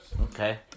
Okay